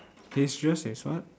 he's dressed is what